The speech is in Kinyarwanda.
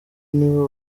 nibo